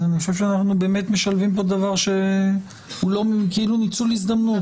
אנחנו משלבים פה דבר שהוא כאילו ניצול הזדמנות